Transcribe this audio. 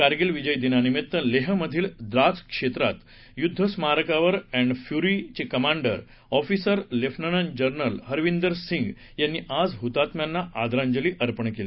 करगिल विजय दिनानिमित्त लेह मधील द्रास क्षेत्रात युद्ध स्मारकावर ऍन्ड फ्युरी चे commanding officer lieutenant general Harvinder Singh यांनी आज हुतात्म्यांना आदरांजली अर्पण केली